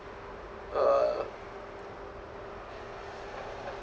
uh